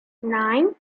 nine